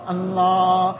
Allah